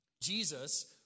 Jesus